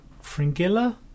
Fringilla